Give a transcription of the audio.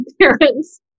parents